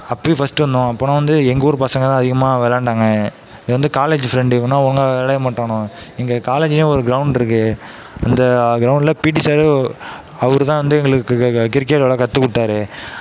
அப்போயும் ஃபர்ஸ்ட்டு வந்தோம் அப்புறம் வந்து எங்கள் ஊர் பசங்க தான் அதிகமாக விளையாண்டாங்க இது வந்து காலேஜ் ஃப்ரெண்ட்டு இவனுங்க ஒழுங்காக விளையாடவே மாட்டானுவோ எங்கள் காலேஜ்லையும் ஒரு க்ரவுண்ட் இருக்கு அந்த க்ரவுண்டில் பீட்டி சாரு அவர் தான் வந்து எங்களுக்கு கிரிக்கெட் விளையாட கற்றுக் கொடுத்தாரு